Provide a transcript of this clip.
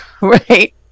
right